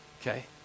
okay